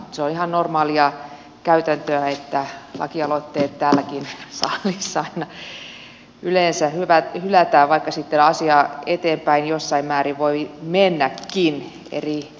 se on ihan normaalia käytäntöä että lakialoitteet täälläkin salissa aina yleensä hylätään vaikka sitten asia eteenpäin jossain määrin voi mennäkin eri kohdissa